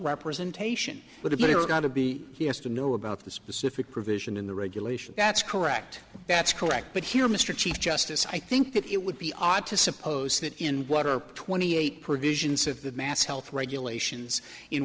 representation would have made it out to be yes to know about the specific provision in the regulation that's correct that's correct but here mr chief justice i think that it would be odd to suppose that in water twenty eight provisions of the mass health regulations in